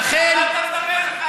על מה אתה מדבר?